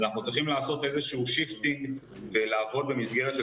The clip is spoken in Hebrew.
אז אנחנו צריכים לעשות איזה שינוי ולעבוד במסגרת של